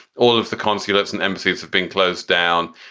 all of the consulates and embassies have been closed down.